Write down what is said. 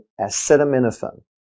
acetaminophen